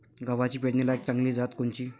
गव्हाची पेरनीलायक चांगली जात कोनची?